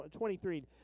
23